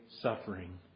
suffering